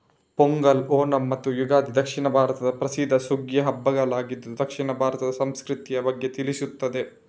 ಪೊಂಗಲ್, ಓಣಂ ಮತ್ತು ಯುಗಾದಿ ದಕ್ಷಿಣ ಭಾರತದ ಪ್ರಸಿದ್ಧ ಸುಗ್ಗಿಯ ಹಬ್ಬಗಳಾಗಿದ್ದು ದಕ್ಷಿಣ ಭಾರತದ ಸಂಸ್ಕೃತಿಯ ಬಗ್ಗೆ ತಿಳಿಸ್ತದೆ